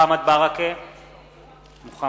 מוחמד ברכה,